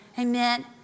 Amen